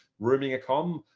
rooming accom,